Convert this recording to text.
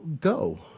go